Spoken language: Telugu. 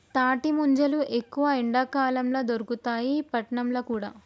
తాటి ముంజలు ఎక్కువ ఎండాకాలం ల దొరుకుతాయి పట్నంల కూడా